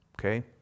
Okay